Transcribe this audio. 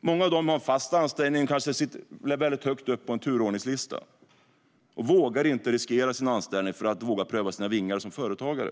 Många av dem har en fast anställning och står kanske väldigt högt upp på turordningslistan. De vågar inte riskera sin anställning för att pröva sina vingar som företagare.